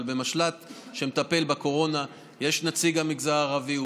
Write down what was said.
אבל במשל"ט שמטפל בקורונה יש נציג למגזר הערבי.